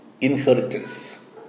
inheritance